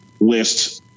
list